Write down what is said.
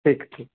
ठीक ठीक